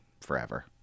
forever